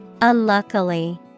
Unluckily